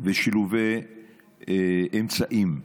ושילובי אמצעים.